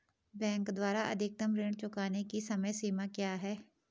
Bank द्वारा अधिकतम ऋण चुकाने की समय सीमा क्या है?